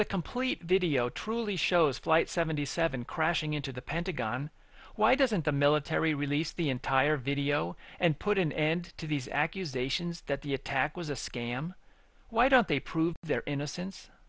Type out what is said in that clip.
the complete video truly shows flight seventy seven crashing into the pentagon why doesn't the military release the entire video and put an end to these accusations that the attack was a scam why don't they prove their innocence